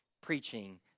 preaching